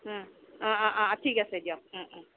অ' অ' অ' অ' ঠিক আছে দিয়ক